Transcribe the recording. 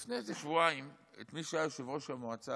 שאלתי לפני איזה שבועיים את מי שהיה יושב-ראש המועצה,